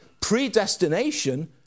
predestination